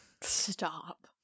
Stop